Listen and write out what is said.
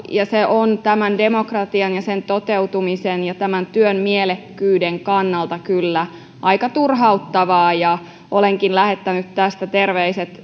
ja se on demokratian ja sen toteutumisen ja tämän työn mielekkyyden kannalta kyllä aika turhauttavaa olenkin lähettänyt tästä terveiset